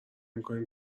میکنیم